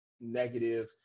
negative